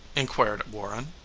inquired warren,